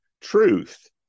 truth